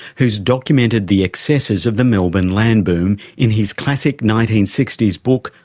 who's documented the excesses of the melbourne land boom in his classic nineteen sixty s book,